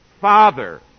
Father